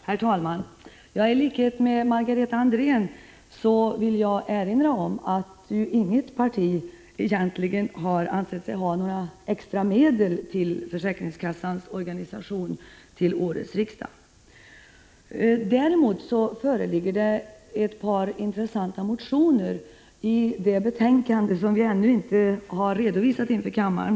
Herr talman! I likhet med Margareta Andrén vill jag erinra om att inget parti under detta riksmöte har ansett sig ha några extra medel till försäkringskassornas organisation. Däremot föreligger det ett par intressanta motioner; de behandlas i ett betänkande från socialförsäkringsutskottet som vi ännu inte har redovisat för kammaren.